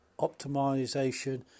optimization